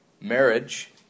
Marriage